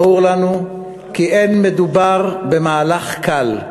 ברור לנו כי אין מדובר במהלך קל.